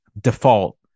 default